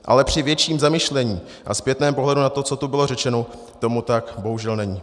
Ale při větším zamyšlení a zpětném pohledu na to, co tu bylo řečeno, tomu tak bohužel není.